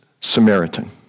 Samaritan